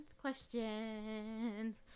questions